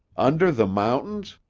under the mountains?